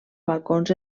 balcons